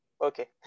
Okay